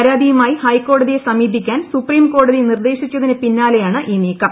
പരാതിയുമായി ഹൈക്കോടതിയെ സമീപിക്കാൻ സുപ്രീംകോടതി നിർദ്ദേശിച്ചതിന് പിന്നാലെയാണ് ഈ നീക്കം